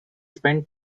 spent